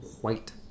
white